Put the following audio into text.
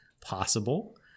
possible